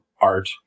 art